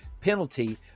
penalty